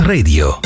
Radio